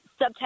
subtext